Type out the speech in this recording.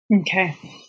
Okay